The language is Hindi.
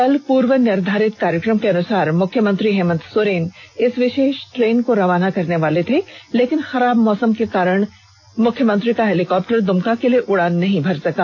कल पूर्व निर्धारित कार्यक्रम के अनुसार मुख्यमंत्री हेमंत सोरेन इस विषेष ट्रेन को रवाना करने वाले थे लेकिन खराब मौसम के कारण वह मुख्यमंत्री का हेलीकाप्टर दुमका के लिए उड़ान नहीं भर सका